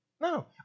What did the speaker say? No